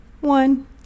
One